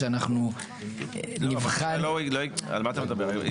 על מה אתה מדבר?